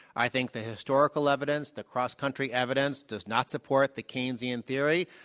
i think the historical evidence, the cross-country evidence does not support the keynesian theory.